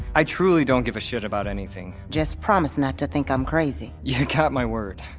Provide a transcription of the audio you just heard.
i truly don't give a shit about anything just promise not to think i'm crazy ya got my word